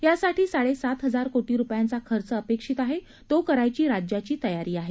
यासाठी साडेसात हजार कोटी रुपयांचा खर्च अपेक्षित आहे तो करायची राज्याची तयारी आहे